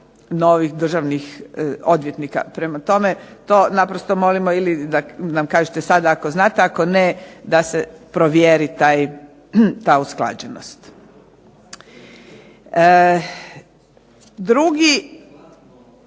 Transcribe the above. novih državnih odvjetnika. Prema tome, to naprosto molimo ili da nam kažete sad ako znate, ako ne da se provjeri ta usklađenost. Drugi